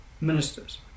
ministers